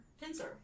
pincer